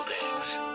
eggs